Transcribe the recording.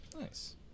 Nice